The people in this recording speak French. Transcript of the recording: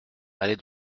allez